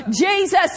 Jesus